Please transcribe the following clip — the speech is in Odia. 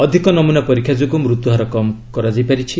ଅଧିକ ନମୂନା ପରୀକ୍ଷା ଯୋଗୁଁ ମୃତ୍ୟୁହାର କମ୍ କରାଯାଇପାରୁଛି